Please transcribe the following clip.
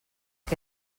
que